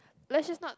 let's just not